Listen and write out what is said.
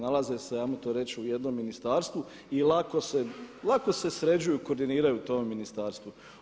Nalaze se hajmo to reći u jednom ministarstvu i lako se, lako se sređuju, koordiniraju u tom ministarstvu.